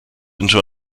into